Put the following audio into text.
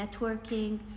networking